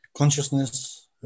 consciousness